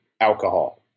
alcohol